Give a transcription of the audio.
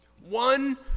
one